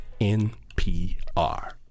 NPR